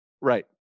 right